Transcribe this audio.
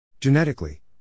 Genetically